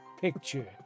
picture